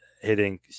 hitting